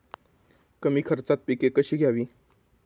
कमी खर्चात पिके कशी घ्यावी?